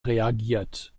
reagiert